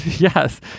yes